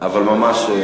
אבל ממש,